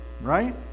right